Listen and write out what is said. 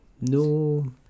no